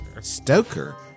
Stoker